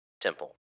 Temple